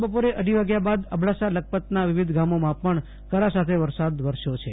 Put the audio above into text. આજે બપોરે અઢી વાગ્યા બાદ અબડાસા લખપતના વિવિધ ગામોમાં પણ કરા સાથે વરસાદ વરસ્યો છે